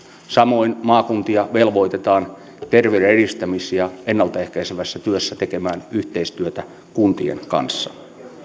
samoin maakuntia velvoitetaan terveyden edistämis ja ennaltaehkäisevässä työssä tekemään yhteistyötä kuntien kanssa